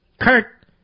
Kurt